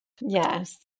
Yes